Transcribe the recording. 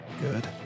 Good